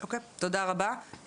תודה רבה.